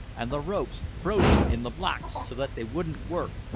and the ropes frozen in the blocks so that they wouldn't work,